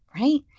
right